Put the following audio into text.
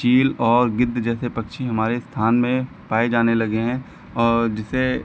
चील और गिद्ध जैसे पक्षी हमारे स्थान में पाए जाने लगे हैं और जिसे